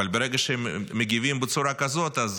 אבל ברגע שהם מגיבים בצורה כזאת, אז